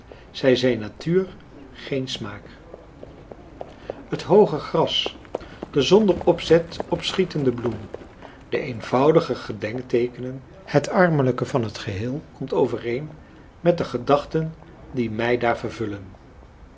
zij zijn natuur geen smaak het hooge gras de zonder opzet opschietende bloem de eenvoudige gedenkteekenen het armelijke van het geheel komt overeen met de gedachten die mij daar vervullen